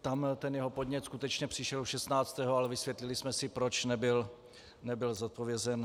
Tam ten jeho podnět skutečně přišel už šestnáctého, ale vysvětlili jsme si, proč nebyl zodpovězen.